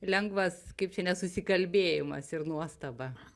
lengvas kaip čia nesusikalbėjimas ir nuostaba